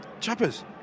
Chappers